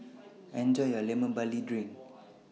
Enjoy your Lemon Barley Drink